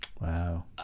Wow